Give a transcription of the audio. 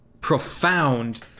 profound